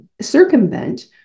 circumvent